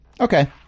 okay